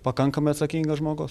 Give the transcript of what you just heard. pakankamai atsakingas žmogus